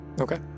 Okay